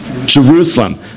Jerusalem